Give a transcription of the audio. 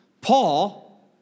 Paul